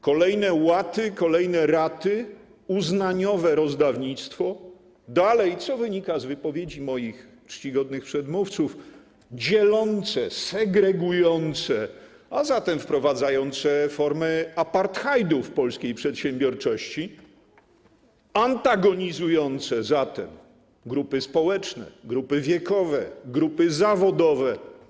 Kolejne łaty - kolejne raty, uznaniowe rozdawnictwo, które dalej, co wynika z wypowiedzi moich czcigodnych przedmówców, dzieli, sugeruje, a zatem wprowadza formy apartheidu w polskiej przedsiębiorczości, antagonizuje grupy społeczne, grupy wiekowe i grupy zawodowe.